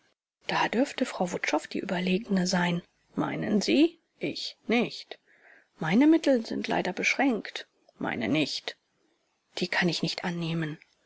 da dürfte frau wutschow die überlegene sein meinen sie ich nicht meine mittel sind leider beschränkt meine nicht die kann ich nicht annehmen